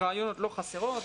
רעיונות לא חסרים,